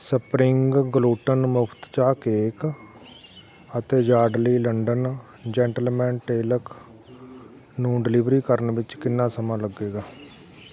spring gluten ਮੁਕਤ ਚਾਹ cake ਅਤੇ ਯਾਰਡਲੀ ਲੰਡਨ ਜੈਂਟਲਮੈਨ ਟੇਲਕ ਨੂੰ ਡਿਲੀਵਰੀ ਕਰਨ ਵਿੱਚ ਕਿੰਨਾ ਸਮਾਂ ਲੱਗੇਗਾ